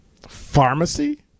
pharmacy